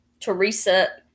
Teresa